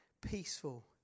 peaceful